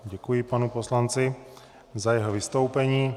Děkuji panu poslanci za jeho vystoupení.